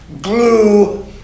glue